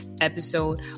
episode